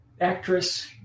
Actress